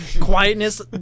quietness